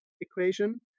equation